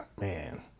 man